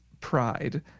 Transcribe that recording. Pride